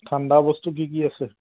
ঠাণ্ডা বস্তু কি কি আছে